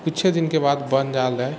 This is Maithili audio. किछुए दिनके बाद बन आएल हइ